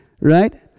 right